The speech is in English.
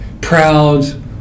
proud